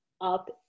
up